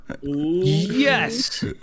yes